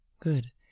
Good